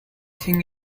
thing